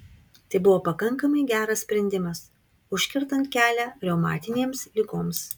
tai buvo pakankamai geras sprendimas užkertant kelią reumatinėms ligoms